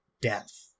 death